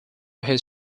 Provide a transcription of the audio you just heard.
his